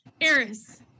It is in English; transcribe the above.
Eris